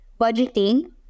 budgeting